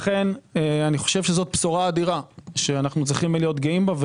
לכן זו בשורה אדירה שעלינו להיות גאים בה.